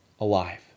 alive